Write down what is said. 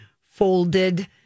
folded